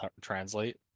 Translate